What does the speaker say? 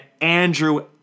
Andrew